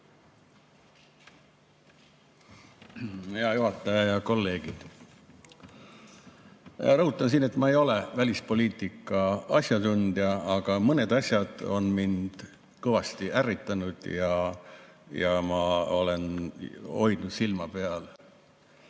Hea juhataja! Head kolleegid! Rõhutan, et ma ei ole välispoliitika asjatundja, aga mõned asjad on mind kõvasti ärritanud ja ma olen hoidnud silma peal.